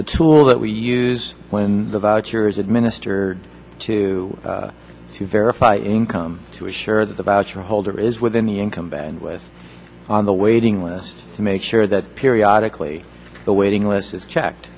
the tool that we use when the cure is administered to verify income to assure that the voucher holder is within the incumbent with on the waiting list to make sure that periodically the waiting list is checked